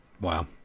wow